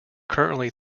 currently